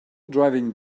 driving